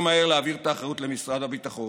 מהר להעביר את האחריות למשרד הביטחון,